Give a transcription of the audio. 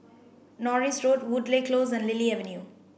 Norris Road Woodleigh Close and Lily Avenue